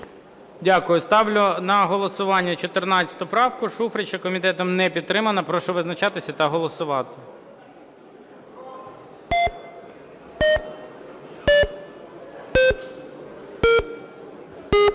Дякую. Ставлю на голосування 14 правку Шуфрича. Комітетом не підтримана. Прошу визначатися та голосувати.